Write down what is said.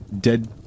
dead